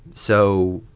so,